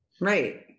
right